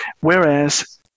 Whereas